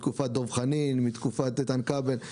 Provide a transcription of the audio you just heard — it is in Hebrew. מתקופת דב חנין ומתקופת איתן כבל,